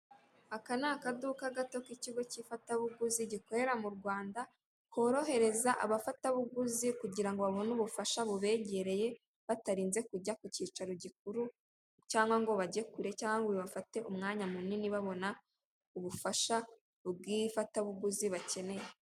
Aka ni akaduka gato k'ikigo cy'ifatabuguzi gikorera mu Rwanda, korohereza abafatabuguzi kugira babone ubufasha bubegereye batarinze kujya ku cyicaro gikuru, cyangwa ngo bajye kure cyangwa bibafate umwanya munini babona ubufasha bw'ifatabuguzi bakeneye.